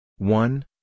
One